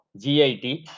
GIT